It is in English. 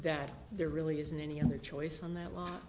that there really isn't any other choice on that l